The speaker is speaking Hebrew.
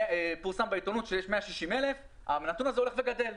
פורסם בעיתונות שיש 160,000. הנתון הזה הולך וגדל.